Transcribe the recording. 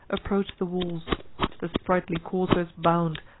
approach the walls the sprightly coursers bound,